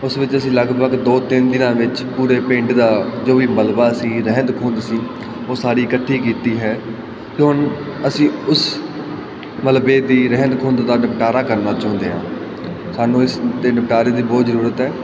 ਉਸ ਵਿੱਚ ਅਸੀਂ ਲਗਭਗ ਦੋ ਤਿੰਨ ਦਿਨਾਂ ਵਿੱਚ ਪੂਰੇ ਪਿੰਡ ਦਾ ਜੋ ਵੀ ਮਲਬਾ ਸੀ ਰਹਿੰਦ ਖੂੰਹਦ ਸੀ ਉਹ ਸਾਰੀ ਇਕੱਠੀ ਕੀਤੀ ਹੈ ਅਤੇ ਹੁਣ ਅਸੀਂ ਉਸ ਮਲਬੇ ਦੀ ਰਹਿੰਦ ਖੂੰਹਦ ਦਾ ਨਿਪਟਾਰਾ ਕਰਨਾ ਚਾਹੁੰਦੇ ਹਾਂ ਸਾਨੂੰ ਇਸ ਦੇ ਨਿਪਟਾਰੇ ਦੀ ਬਹੁਤ ਜ਼ਰੂਰਤ ਹੈ